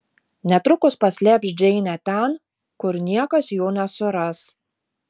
netrukus paslėps džeinę ten kur niekas jų nesuras